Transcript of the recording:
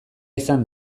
izan